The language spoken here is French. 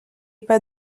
pas